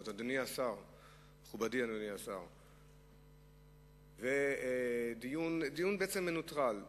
מכובדי אדוני השר, זה דיון בעצם מנוטרל.